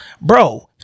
bro